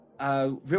Real